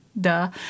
Duh